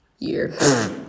year